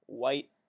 white